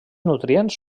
nutrients